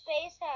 space